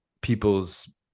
people's